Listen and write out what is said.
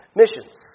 missions